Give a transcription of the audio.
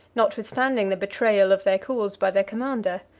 notwithstanding the betrayal of their cause by their commander.